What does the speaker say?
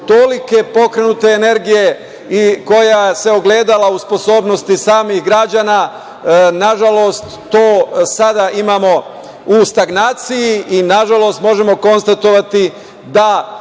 tolike pokrenute energije i koja se ogledala u sposobnosti samih građana, nažalost, to sada imamo u stagnaciji i nažalost, možemo konstatovati da